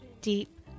deep